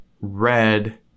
red